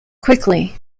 quickly